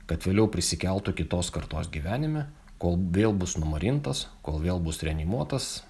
kad vėliau prisikeltų kitos kartos gyvenime kol vėl bus numarintas kol vėl bus reanimuotas